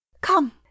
Come